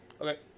okay